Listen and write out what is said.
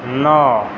नौ